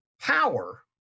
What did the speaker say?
power